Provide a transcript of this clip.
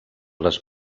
les